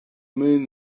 mean